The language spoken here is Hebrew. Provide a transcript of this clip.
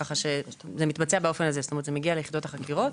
כך שזה מתבצע באופן הזה, זה מגיע ליחידות החוקרות,